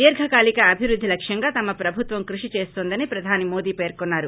దీర్ఘ కాలిక అభివృద్ధి లక్ష్యంగా తమ ప్రభుత్వం క్రుషి చేస్తోందని ప్రధాని మోదీ పేర్కొన్నారు